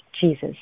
Jesus